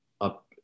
up